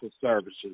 services